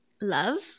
love –